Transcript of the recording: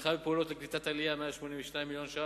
תמיכה בפעולות לקליטת עלייה, 182 מיליון ש"ח,